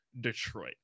Detroit